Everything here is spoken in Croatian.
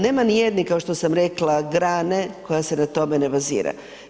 Nema ni jedne kao što sam rekla grane koja se na tome ne bazira.